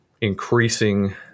increasing